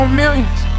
millions